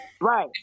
Right